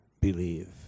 believe